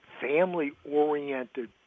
family-oriented